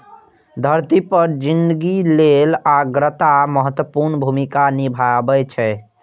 धरती पर जिनगी लेल आर्द्रता महत्वपूर्ण भूमिका निभाबै छै